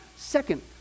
Second